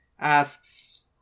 Asks